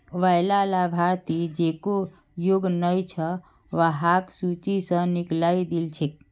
वैला लाभार्थि जेको योग्य नइ छ वहाक सूची स निकलइ दिल छेक